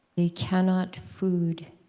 they cannot food.